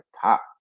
top